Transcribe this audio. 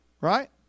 Right